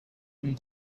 and